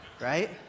Right